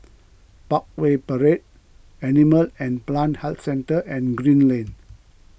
Parkway Parade Animal and Plant Health Centre and Green Lane